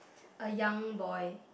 a young boy